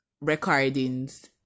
recordings